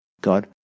God